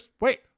Wait